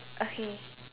okay